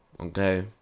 okay